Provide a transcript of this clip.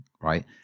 right